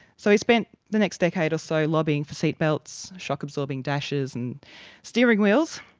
so he spent the next decade or so lobbying for seatbelts, shock-absorbing dashes and steering wheels,